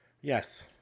Yes